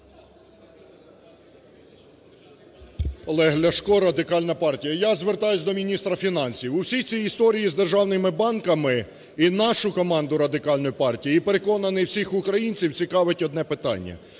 Олег Ляшко, Радикальна партія. Я звертаюсь до міністра фінансів. У всій цій історії з державними банками і нашу команду Радикальної партії, і, переконаний, всіх українців цікавить одне питання: